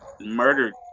murdered